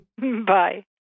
Bye